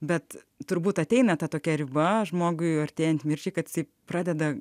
bet turbūt ateina tokia riba žmogui artėjant mirčiai kad ji pradeda